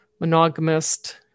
monogamist